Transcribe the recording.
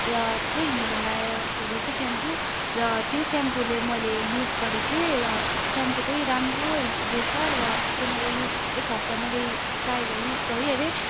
र त्यो चाहिँ हिमालयको रहेछ सेम्पू र त्यो सेम्पूले मैले युज गरेको थिएँ र सेम्पू तै राम्रो रहेछ र त्यो मैले युज एक हप्ता मैले ट्राई गरेँ युज गरेँ